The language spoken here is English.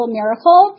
miracle